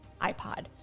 iPod